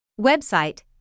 Website